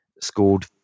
scored